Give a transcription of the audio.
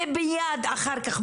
ומייד אחר כך,